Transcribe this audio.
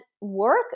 work